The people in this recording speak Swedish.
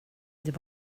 det